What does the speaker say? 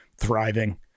Thriving